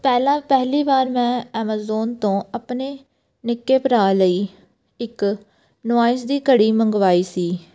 ਪਹਿਲਾਂ ਪਹਿਲੀ ਵਾਰ ਮੈਂ ਐਮਾਜ਼ੋਨ ਤੋਂ ਆਪਣੇ ਨਿੱਕੇ ਭਰਾ ਲਈ ਇੱਕ ਨੁਆਇਸ ਦੀ ਘੜੀ ਮੰਗਵਾਈ ਸੀ